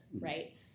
right